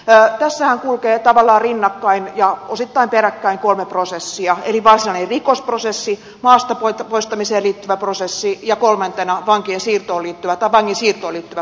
tässähän kulkee tavallaan rinnakkain ja osittain peräkkäin kolme prosessia eli varsinainen rikosprosessi maastapoistamiseen liittyvä prosessi ja kolmantena vangin siirtoon liittyvä prosessi